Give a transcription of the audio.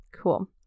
Cool